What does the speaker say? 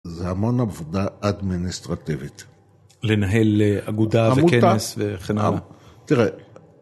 זה המון עבודה אדמיניסטרטיבית. לנהל אגודה וכנס וכן הלאה. תראה,